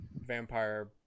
vampire